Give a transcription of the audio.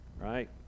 right